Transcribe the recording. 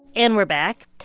and we're back.